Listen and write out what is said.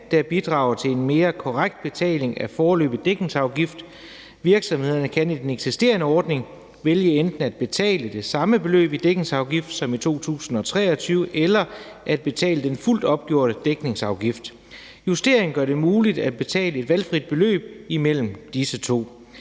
der bidrager til en mere korrekt betaling af foreløbig dækningsafgift. Virksomhederne kan i den eksisterende ordning vælge enten at betale det samme beløb i dækningsafgift som i 2023 eller at betale den fuldt opgjorte dækningsafgift. Justeringen gør det muligt at betale et valgfrit beløb imellem disse to.